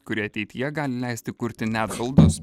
kuri ateityje gali leisti kurti net baldus